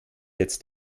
jetzt